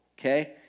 okay